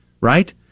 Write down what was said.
right